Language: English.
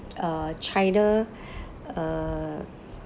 (uh0 china uh